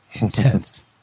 intense